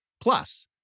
Plus